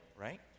right